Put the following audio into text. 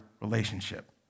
relationship